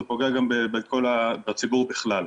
זה פוגע בציבור בכלל.